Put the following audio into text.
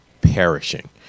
perishing